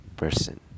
person